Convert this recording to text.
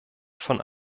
von